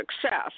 success